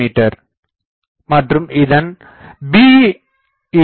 me மற்றும் இதன் b0